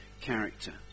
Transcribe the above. character